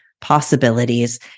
possibilities